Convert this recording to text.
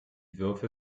würfel